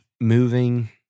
moving